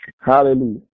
Hallelujah